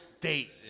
date